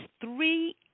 three